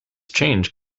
change